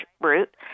root